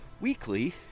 weekly